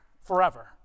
forever